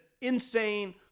insane